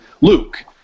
Luke